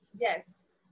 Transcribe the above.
Yes